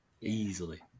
Easily